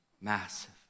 massive